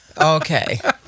Okay